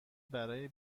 برای